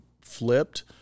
flipped